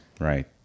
right